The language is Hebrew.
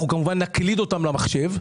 אנחנו כמובן נקליד אותן למחשב.